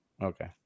okay